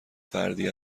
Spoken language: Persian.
فردی